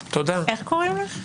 רוטמן, בבקשה תתייחס...